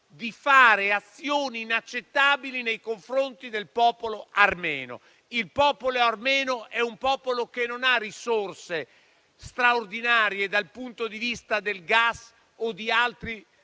di fare azioni inaccettabili nei confronti del popolo armeno. Il popolo armeno non ha risorse straordinarie dal punto di vista del gas o di altri